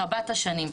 רבת השנים.